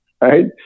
Right